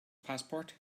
passport